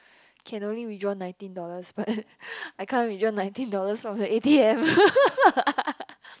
can only withdraw nineteen dollars but I can't withdraw nineteen dollars from the a_t_m